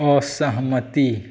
असहमति